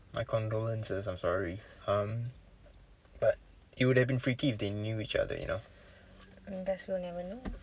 my condolences I'm sorry um but it would have been freaky if they knew each other you know